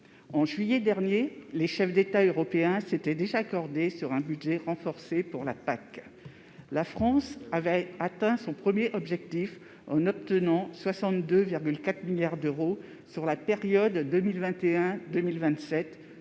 En juillet dernier, les chefs d'État européens s'étaient déjà accordés sur un budget renforcé pour la PAC. La France avait atteint son premier objectif en obtenant 62,4 milliards d'euros sur la période 2021-2027,